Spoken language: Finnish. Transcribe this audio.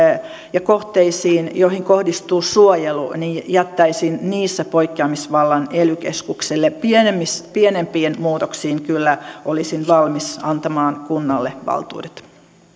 ja kohteisiin joihin kohdistuu suojelua jättäisin poikkeamisvallan ely keskukselle pienempiin pienempiin muutoksiin kyllä olisin valmis antamaan kunnalle valtuudet